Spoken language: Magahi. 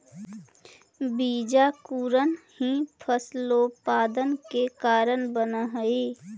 बीजांकुरण ही फसलोत्पादन के कारण बनऽ हइ